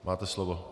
Máte slovo.